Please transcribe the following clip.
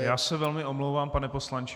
Já se velmi omlouvám, pane poslanče.